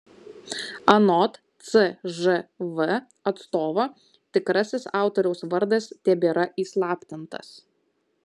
anot cžv atstovo tikrasis autoriaus vardas tebėra įslaptintas